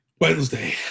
Wednesday